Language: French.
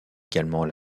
également